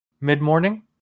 mid-morning